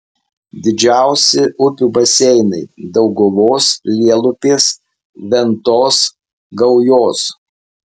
didžiausi upių baseinai dauguvos lielupės ventos gaujos